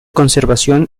conservación